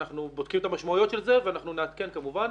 אנחנו בודקים את המשמעויות של זה ואנחנו נעדכן כמובן.